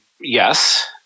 Yes